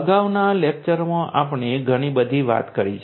અગાઉના લેક્ચરમાં આપણે ઘણી બધી વાત કરી છે